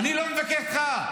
אני לא מתווכח איתך.